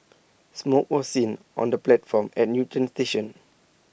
smoke was seen on the platform at Newton station